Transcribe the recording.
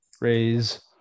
raise